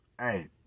Hey